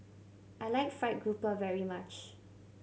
I like fried grouper very much